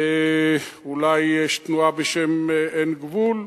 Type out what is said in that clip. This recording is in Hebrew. אולי יש תנועה בשם "אין גבול",